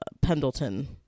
pendleton